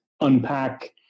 unpack